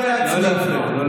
ואני אומר לעצמי, לא להפריע.